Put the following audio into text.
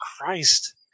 Christ